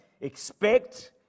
Expect